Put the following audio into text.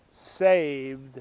saved